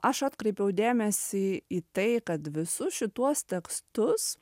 aš atkreipiau dėmesį į tai kad visus šituos tekstus